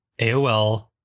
AOL